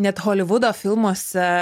net holivudo filmuose